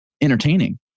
entertaining